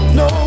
no